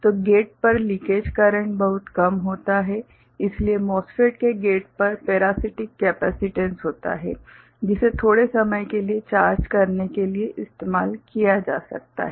तो गेट पर leakage current बहुत कम होता है इसलिए MOSFET के गेट पर पेरासीटिक कैपेसिटेंस होता है जिसे थोड़े समय के लिए चार्ज करने के लिए इस्तेमाल किया जा सकता है